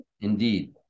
Indeed